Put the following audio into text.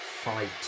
fight